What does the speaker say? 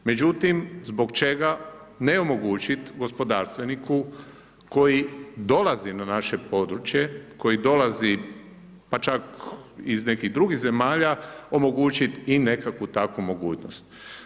Međutim, zbog čega onemogućit gospodarstveniku koji dolazi na naše područje, koji dolazi pa čak iz nekih drugih zemalja, omogućit i nekakvu takvu mogućnost?